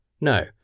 No